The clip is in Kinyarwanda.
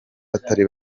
batari